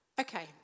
Okay